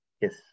Yes